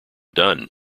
done